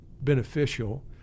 beneficial